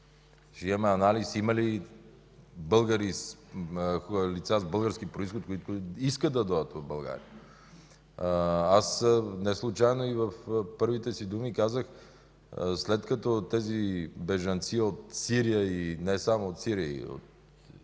Ще имаме анализ дали има лица с български произход, които искат да дойдат в България. Не случайно в първите си думи казах: след като тези бежанци от Сирия, и не само от Сирия